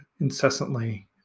incessantly